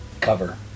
cover